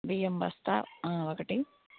బియ్యం బస్తా ఒకటి